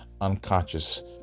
unconscious